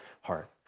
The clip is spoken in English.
heart